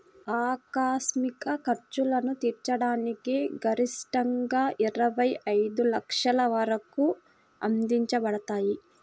ఆకస్మిక ఖర్చులను తీర్చడానికి గరిష్టంగాఇరవై ఐదు లక్షల వరకు అందించబడతాయి